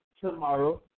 tomorrow